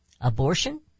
Abortion